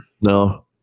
No